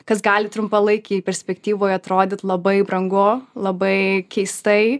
kas gali trumpalaikėj perspektyvoj atrodyt labai brangu labai keistai